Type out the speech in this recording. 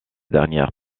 dernière